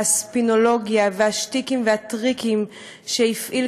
והספינולוגיה והשטיקים והטריקים שהפעיל